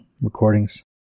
recordings